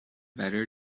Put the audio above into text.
better